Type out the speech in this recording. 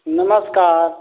नमस्कार